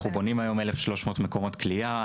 אנחנו בונים היום 1,300 מקומות כליאה,